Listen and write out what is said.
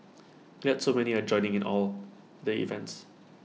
glad so many are joining in all the events